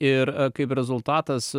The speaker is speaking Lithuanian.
ir kaip rezultatas